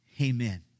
amen